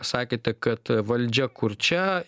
sakėte kad valdžia kurčia